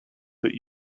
that